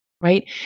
Right